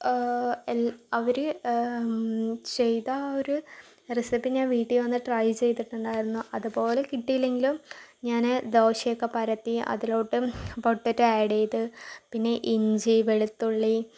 അവര് ചെയ്ത ആ ഒര് റെസിപ്പി ഞാൻ വീട്ടിൽ വന്ന് ട്രൈ ചെയ്തിട്ടുണ്ടായിരുന്നു അതുപോലെ കിട്ടിയില്ലെങ്കിലും ഞാന് ദോശ ഒക്കെ പരത്തി അതിലോട്ട് പൊട്ടറ്റോ ഏഡ്ഡ് ചെയ്ത് പിന്നെ ഇഞ്ചി വെളുത്തുള്ളി